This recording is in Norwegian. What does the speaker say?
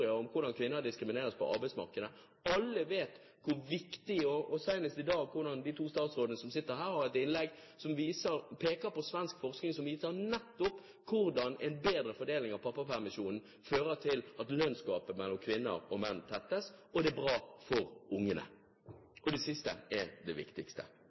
om hvordan kvinner diskrimineres på arbeidsmarkedet. Alle vet hvor viktig det er: De to statsrådene som sitter her, har hatt innlegg som peker på svensk forskning, som viser nettopp hvordan en bedre fordeling av pappapermisjonen fører til at lønnsgapet mellom kvinner og menn tettes, og det er bra for ungene – det siste er det viktigste.